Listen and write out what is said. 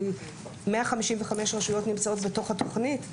כי 155 רשויות נמצאות בתוך התוכנית.